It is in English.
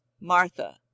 Martha